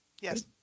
Yes